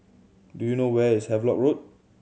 do you know where is Havelock Road